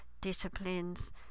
disciplines